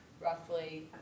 roughly